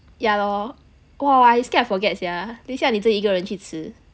yeah lor !wah! I scared I forget sia 等一下你自己一个人去吃